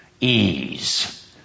ease